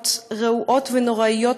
בספינות רעועות ונוראיות,